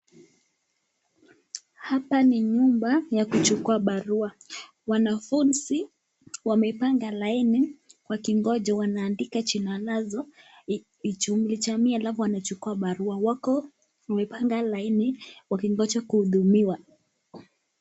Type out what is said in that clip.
Hapa ni nyumba ya kuchukua barua. Wanafunzi wamepanga laini wakingoja. Wanaandika jina lazo jumla jamii, alafu wanachukua barua. Wako wamepanga laini wakingoja kuhudumiwa.